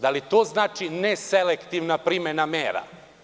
Da li to znači neselektivna primena mera?